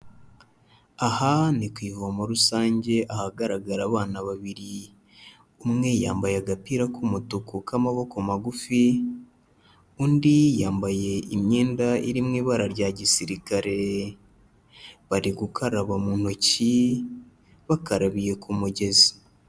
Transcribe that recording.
Aha ni ku ivomo rusange ahagaragara abana babiri, umwe yambaye agapira k'umutuku k'amaboko magufi, undi yambaye imyenda iri mu ibara rya gisirikare, bari gukaraba mu ntoki bakarabiye ku mugezi.